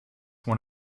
one